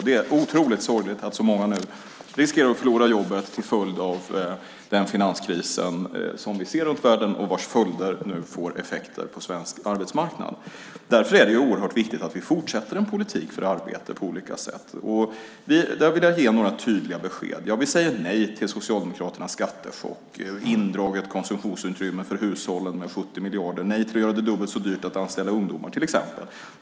Det är otroligt sorgligt att så många riskerar att förlora jobbet till följd av den finanskris vi ser runt om i världen och vars följder nu får effekter på svensk arbetsmarknad. Därför är det oerhört viktigt att vi på olika sätt fortsätter att föra en politik för arbete, och där vill jag ge några tydliga besked. Vi säger nej till Socialdemokraternas skattechock, indraget konsumtionsutrymme för hushållen med 70 miljarder, och nej till att göra det dubbelt så dyrt att anställa ungdomar till exempel.